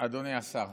אדוני השר,